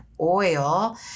Oil